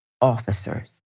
officers